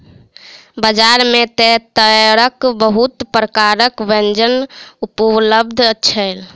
बजार में तेतैरक बहुत प्रकारक व्यंजन उपलब्ध छल